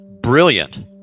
brilliant